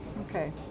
Okay